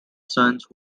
sons